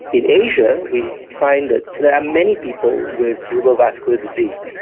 in asia we find that there are many people with cerebrovascular disease,